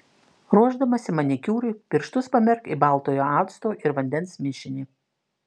ruošdamasi manikiūrui pirštus pamerk į baltojo acto ir vandens mišinį